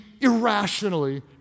irrationally